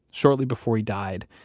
shortly before he died.